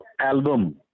album